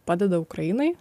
padeda ukrainai